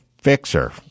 fixer